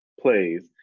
plays